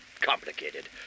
complicated